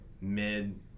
Mid